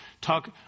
talk